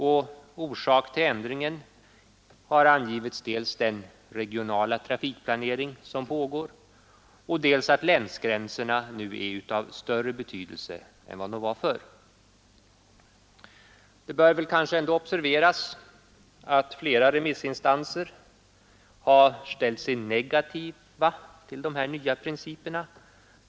Som orsak till ändringen har angivits dels den regionala trafikplanering som pågår, dels att länsgränserna nu är av större betydelse än de var förr. Det bör kanske ändå observeras att flera remissinstanser har ställt sig negativa till de här nya principerna.